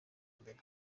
imbere